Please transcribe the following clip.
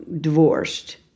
divorced